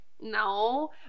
No